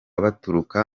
baturuka